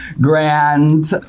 grand